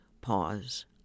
pause